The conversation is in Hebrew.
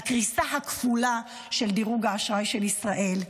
לקריסה הכפולה של דירוג האשראי של ישראל,